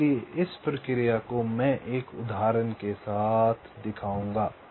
इसलिए इस प्रक्रिया को मैं एक उदाहरण के साथ दिखाऊंगा